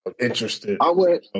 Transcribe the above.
Interested